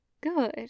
Good